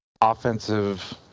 offensive